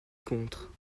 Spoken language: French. contre